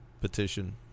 petition